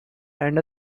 and